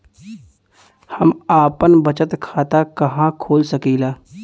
हम आपन बचत खाता कहा खोल सकीला?